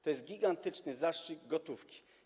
To jest gigantyczny zastrzyk gotówki.